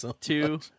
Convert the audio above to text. two